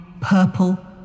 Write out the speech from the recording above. purple